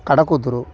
కడకుదురు